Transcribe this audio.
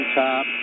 top